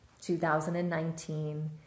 2019